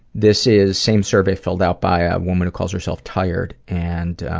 this is same survey, filled out by a woman who calls herself tired and,